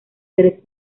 seres